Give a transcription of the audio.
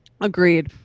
Agreed